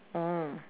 oh